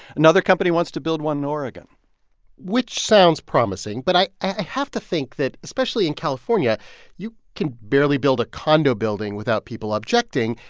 another company wants to build one in oregon which sounds promising. but i i have to think that especially in california you can barely build a condo building without people objecting.